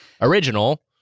original